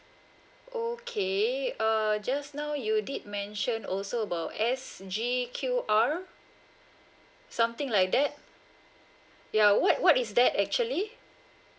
okay err just now you did mention also about sg Q_R something like that ya what what is that actually